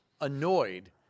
annoyed